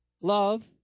Love